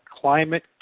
climate